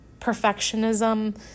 perfectionism